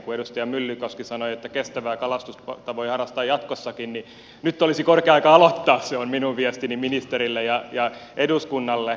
kun edustaja myllykoski sanoi että kestävää kalastusta voi harrastaa jatkossakin niin nyt olisi korkea aika aloittaa se on minun viestini ministerille ja eduskunnalle